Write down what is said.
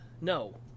No